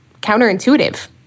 counterintuitive